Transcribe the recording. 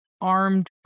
armed